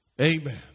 amen